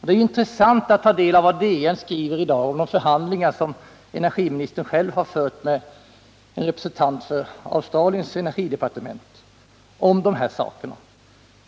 Det är intressant att ta del av vad Dagens Nyheter skriver i dag om förhandlingar som energiministern själv har fört med en representant för Australiens energidepartement om just dessa saker.